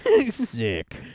Sick